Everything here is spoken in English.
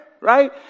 right